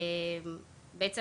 בעצם